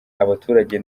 abaturage